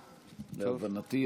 להבנתי,